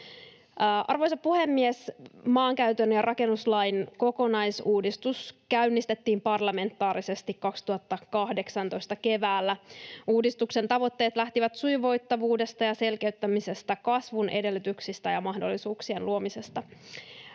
Arvoisa puhemies! Maankäyttö- ja rakennuslain kokonaisuudistus käynnistettiin parlamentaarisesti keväällä 2018. Uudistuksen tavoitteet lähtivät sujuvoittavuudesta ja selkeyttämisestä, kasvun edellytyksistä ja mahdollisuuksien luomisesta.